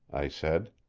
i said.